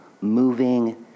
moving